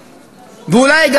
מהיר וענייני,